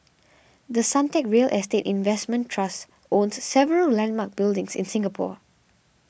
The Suntec real estate investment trust owns several landmark buildings in Singapore